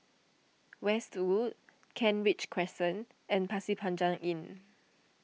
Westwood Kent Ridge Crescent and Pasir Panjang Inn